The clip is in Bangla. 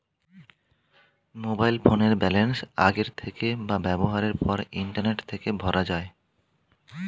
মোবাইল ফোনের ব্যালান্স আগের থেকে বা ব্যবহারের পর ইন্টারনেট থেকে ভরা যায়